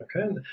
okay